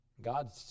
God